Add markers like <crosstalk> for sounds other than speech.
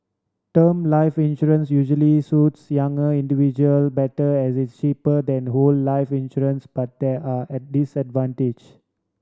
term life insurance usually suits younger individual better as it is cheaper than whole life insurance but there are <unintelligible> disadvantage